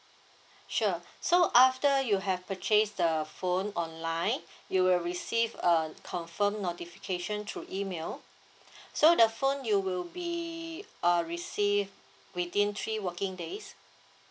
sure so after you have purchased the phone online you will receive a confirm notification through email so the phone you will be uh receive within three working days